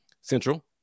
Central